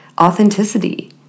authenticity